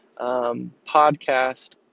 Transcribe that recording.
podcast